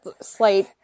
slight